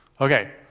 Okay